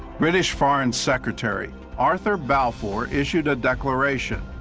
british foreign secretary arthur balfour issued a declaration,